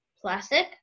plastic